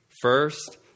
First